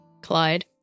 Clyde